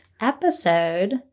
episode